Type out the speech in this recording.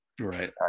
Right